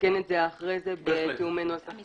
לתקן את זה אחרי זה בתאום עם -- בהחלט.